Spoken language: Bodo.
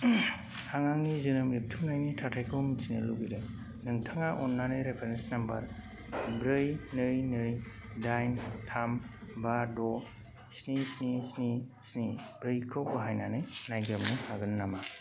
आं आंनि जोनोम रेबथुमनायनि थाथाइखौ मिथिनो लुगैदों नोंथाङा अन्नानै रेफारेन्स नाम्बार ब्रै नै नै दाइन थाम बा द' स्नि स्नि स्नि स्नि ब्रैखौ बाहायनानै नायग्रोमनो हागोन नामा